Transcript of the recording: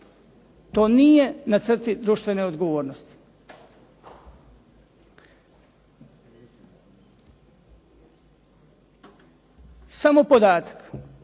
To nije na crti društvene odgovornosti. Samo podatak,